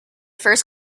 first